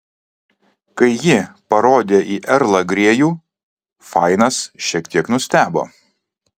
kai ji parodė į erlą grėjų fainas šiek tiek nustebo